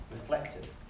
reflective